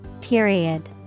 Period